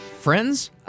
Friends